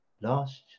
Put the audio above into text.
last